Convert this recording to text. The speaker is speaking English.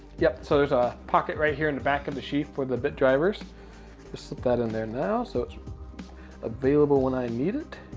yep, so there's a pocket right here in the back of the sheath for the bit drivers. just slip that in there now, so it's available when i need it.